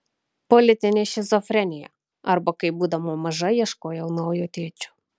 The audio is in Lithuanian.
politinė šizofrenija arba kaip būdama maža ieškojau naujo tėčio